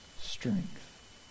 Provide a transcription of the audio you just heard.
strength